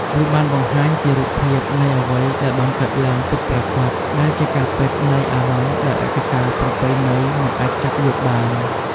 វាបានបង្ហាញជារូបភាពនៃអ្វីដែលបានកើតឡើងពិតប្រាកដ ដែលជាការពិតនៃអារម្មណ៍ដែលឯកសារប្រពៃណីមិនអាចចាប់យកបាន។